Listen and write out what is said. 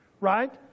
right